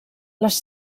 les